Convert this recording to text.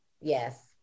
Yes